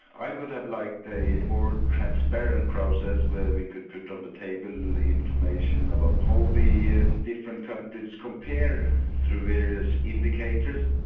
i would have liked a more transparent process where we could put on the table information about how the different countries compare through various indicators,